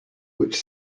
which